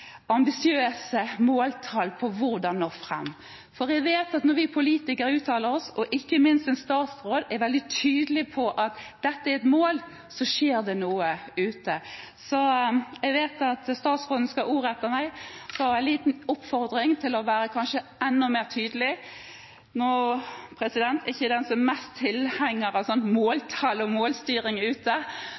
ambisiøse måltall på hvordan nå fram. Jeg vet at når vi politikere uttaler oss, og ikke minst en statsråd, og er veldig tydelige på at dette er et mål, så skjer det noe ute. Jeg vet at statsråden skal ha ordet etter meg, så jeg har en liten oppfordring til å være kanskje enda mer tydelig. Jeg er ikke den som er mest tilhenger av måltall og målstyring ute,